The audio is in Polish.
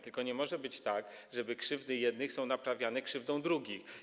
Tylko nie może być tak, że krzywdy jednych są naprawiane krzywdą drugich.